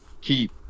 keep